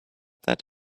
that